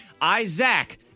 Isaac